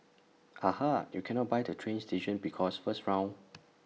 aha you cannot buy the train station because first round